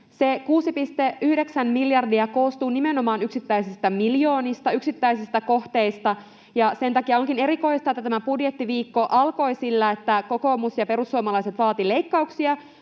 Se 6,9 miljardia koostuu nimenomaan yksittäisistä miljoonista, yksittäisistä kohteista, ja sen takia onkin erikoista, että tämä budjettiviikko alkoi sillä, että kokoomus ja perussuomalaiset vaativat leikkauksia,